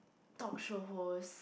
talk show host